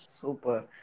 Super